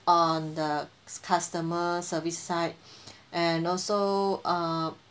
um the customer service side and also uh